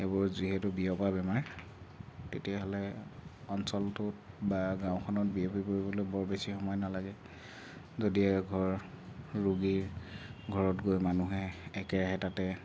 সেইবোৰ যিহেতু বিয়পা বেমাৰ তেতিয়াহ'লে অঞ্চলটোত বা গাওঁখনত বিয়পি পৰিবলৈ বৰ বেছি সময় নালাগে যদিহে এঘৰ ৰোগীৰ ঘৰত গৈ মানুহে একেৰাহে তাতে